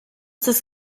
das